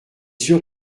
sûr